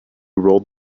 rolled